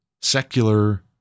secular